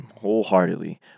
wholeheartedly